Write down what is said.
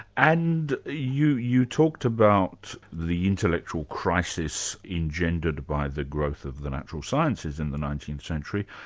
and you you talked about the intellectual crisis engendered by the growth of the natural sciences in the nineteenth century,